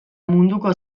munduko